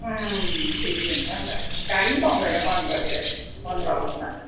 अँ बिजी हुन्छ नि त गाडी पनि पाउँदैन पन्ध्रतिर त पन्ध्र अगस्टमा त